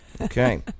Okay